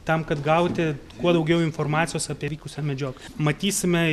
tam kad gauti kuo daugiau informacijos apie vykusią medžioklę matysime